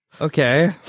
Okay